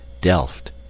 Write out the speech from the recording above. delft